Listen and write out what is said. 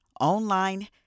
online